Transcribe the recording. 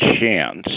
chance